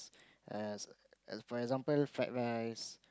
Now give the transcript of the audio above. err as as for example fried rice